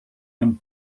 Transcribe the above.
and